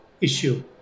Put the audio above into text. issue